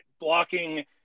blocking